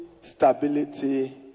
stability